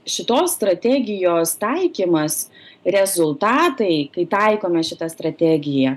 šitos strategijos taikymas rezultatai kai taikoma šita strategija